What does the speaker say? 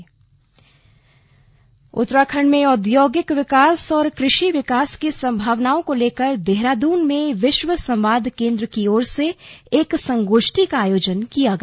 संगोष्ठी उत्तराखंड में औद्योगिक विकास और कृषि विकास की संभावनाओं को लेकर देहरादून में विश्व संवाद केन्द्र की ओर से एक संगोष्ठी का आयोजन किया गया